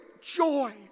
joy